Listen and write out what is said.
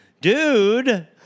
Dude